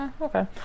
Okay